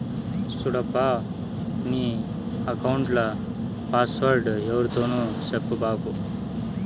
సూడప్పా, నీ ఎక్కౌంట్ల పాస్వర్డ్ ఎవ్వరితోనూ సెప్పబాకు